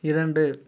இரண்டு